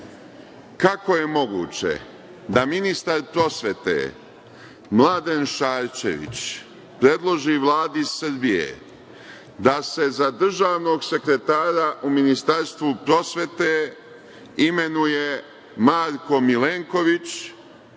Kako je moguće da ministar prosvete Mladen Šarčević predloži Vladi Srbije da se za državnog sekretara u Ministarstvu prosvete imenuje Marko Milenković